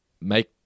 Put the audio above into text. make